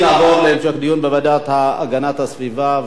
התקוממנו נגד הדלתות הסגורות האלה,